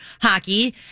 hockey